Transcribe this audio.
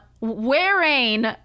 wearing